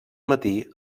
matí